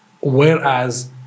Whereas